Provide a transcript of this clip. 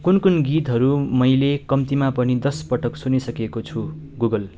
कुन कुन गीतहरू मैले कम्तीमा पनि दस पटक सुनिसकेको छु गुगल